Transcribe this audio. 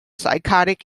psychotic